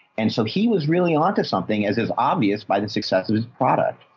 and so he was really onto something as as obvious by the success of his product.